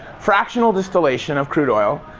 fractional distillation of crude oil.